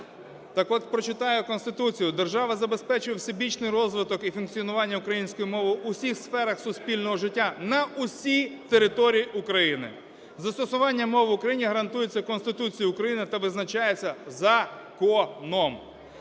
Так от, прочитаю Конституцію: "Держава забезпечує всебічний розвиток і функціонування української мови у всіх сферах суспільного життя на всій території України. Застосування мов в Україні гарантується Конституцією України та визначається законом"